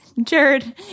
Jared